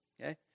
okay